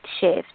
shift